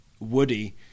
Woody